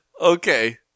Okay